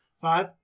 five